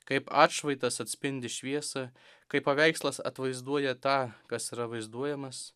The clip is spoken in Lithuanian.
kaip atšvaitas atspindi šviesą kaip paveikslas atvaizduoja tą kas yra vaizduojamas